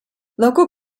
local